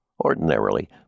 Ordinarily